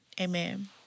Amen